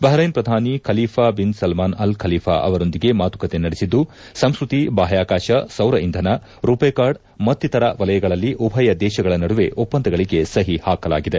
Bahrain ಪ್ರಧಾನಿ Khalifa bin Salman Al Khalifa ಅವರೊಂದಿಗೆ ಮಾತುಕತೆ ನಡೆಸಿದ್ದು ಸಂಸ್ಕೃತಿ ಬಾಹ್ಯಾಕಾಶ ಸೌರ ಇಂಧನ ರುಪೆ ಕಾರ್ಡ್ ಮತ್ತಿತರ ವಲಯಗಳಲ್ಲಿ ಉಭಯ ದೇಶಗಳ ನಡುವೆ ಒಪ್ಪಂದಗಳಿಗೆ ಸಹಿ ಹಾಕಲಾಗಿದೆ